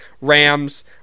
Rams